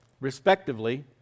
respectively